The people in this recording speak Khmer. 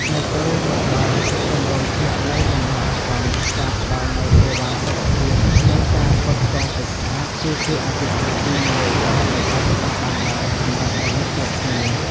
នៅពេលមកដល់ជំរំស្នាក់នៅបណ្តោះអាសន្ន ការផ្តល់នូវសេវាសុខភាព និងការផ្គត់ផ្គង់ទឹកស្អាត គឺជាអាទិភាពទីមួយដែលមិនអាចខ្វះបានឡើយសម្រាប់មនុស្សគ្រប់គ្នា។